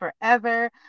forever